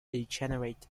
degenerate